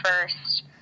first